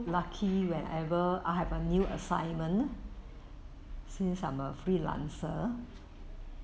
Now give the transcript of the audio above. lucky whenever I have a new assignment since I'm a freelancer